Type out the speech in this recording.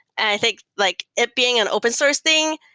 i think like it being an open source thing,